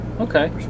Okay